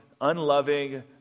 unloving